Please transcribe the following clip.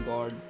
God